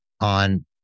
on